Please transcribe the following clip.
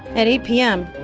at eight p m,